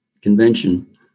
convention